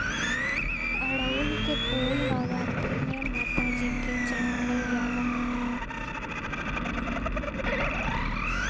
अढ़ऊल क फूल नवरात्री में माता जी के चढ़ावल जाला